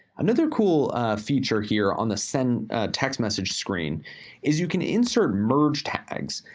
another cool feature here on the send text message screen is you can insert merge tags.